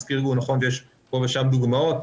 הזכיר גור נכון שיש פה ושם דוגמאות.